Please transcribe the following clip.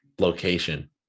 location